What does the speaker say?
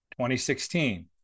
2016